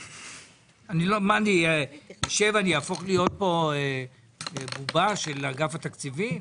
אני אשב ואני אהפוך להיות פה בובה של אגף התקציבים?